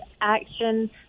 action